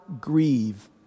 grieve